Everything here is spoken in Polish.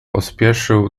pospieszył